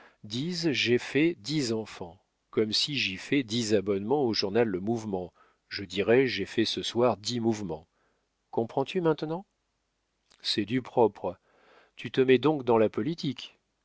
j'ai fait dix enfants comme si j'y fais dix abonnements au journal le mouvement je dirai j'ai fait ce soir dix mouvements comprends-tu maintenant c'est du propre tu te mets donc dans la politique